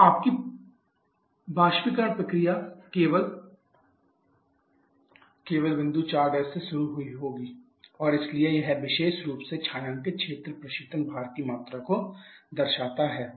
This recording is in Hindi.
तो आपकी वाष्पीकरण प्रक्रिया केवल बिंदु 4 से शुरू हुई होगी और इसलिए यह विशेष रूप से छायांकित क्षेत्र प्रशीतन भार की मात्रा को दर्शाता है